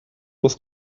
was